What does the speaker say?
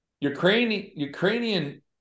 Ukrainian